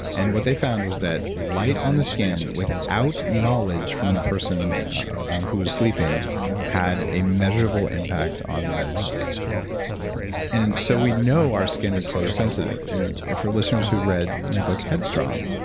and what they found was that light on the skin without knowledge from the person who was sleeping had a measurable impact on rem sleep yeah, that's crazy and so we know our skin is photo sensitive, and for listeners who've read my book headstrong,